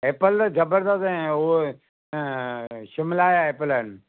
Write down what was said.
Apple जबरदस्तु ऐं उहे शिमला जा एप्पल आहिनि